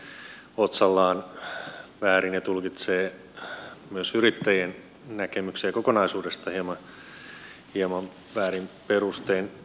edustaja saarinen kyllä näkee otsallaan väärin ja tulkitsee myös yrittäjien näkemyksiä kokonaisuudesta hieman väärin perustein